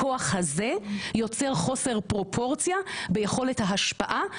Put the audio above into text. הכוח הזה יוצר חוסר פרופורציה ביכולת ההשפעה,